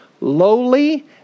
lowly